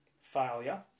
failure